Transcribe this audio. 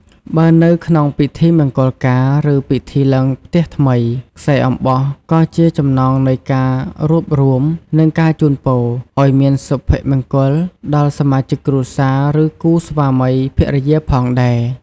បើនៅក្នុងពិធីមង្គលការ ឬពិធីឡើងផ្ទះថ្មី ខ្សែអំបោះក៏ជា ចំណងនៃការរួបរួម និងការជូនពរ ឲ្យមានសុភមង្គលដល់សមាជិកគ្រួសារ ឬគូស្វាមីភរិយាផងដែរ។